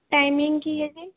timing ਕੀ ਹੈ ਜੀ